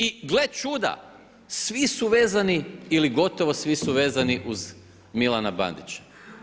I glede čuda, svi su vezani ili gotovo svi su vezani uz Milana Bandića.